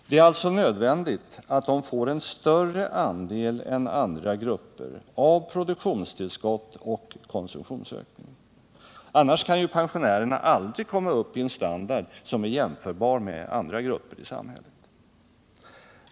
Det är alltså nödvändigt att de får en större andel än andra grupper av produktionstillskott och konsumtionsökning. Annars kan ju pensionärerna aldrig komma upp i en standard som är jämförbar med andra grupper i samhället.